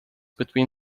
between